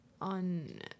on